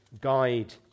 guide